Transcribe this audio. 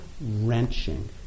wrenching